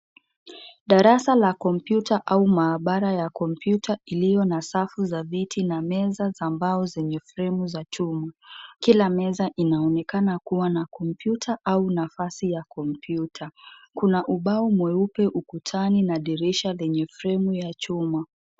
Darasa la kompyuta, au maabara ya kompyuta, iliyo na safu za vitu na meza za mbao zenye fremu za chuma, kila meza inaonekana kuwa na kompyuta au nafasi ya kompyuta, kuna ubao mweupeukutani na dirisha lenye fremu ya chuma.